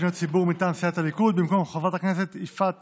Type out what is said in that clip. לפניות הציבור מטעם סיעת הליכוד: במקום חברת הכנסת יפעת